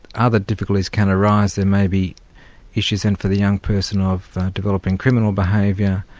other difficulties can arise. there may be issues then for the young person of developing criminal behaviour,